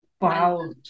wow